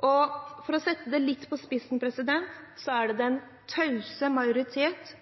For å sette det litt på spissen er det «den tause majoritet»